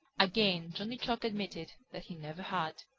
again johnny chuck admitted that he never had.